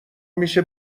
میشه